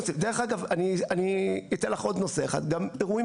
אני אתן לך עוד נושא אחד: גם אירועים